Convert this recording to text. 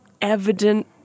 evident